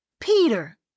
Peter